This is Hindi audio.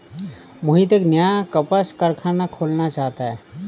मोहित एक नया कपास कारख़ाना खोलना चाहता है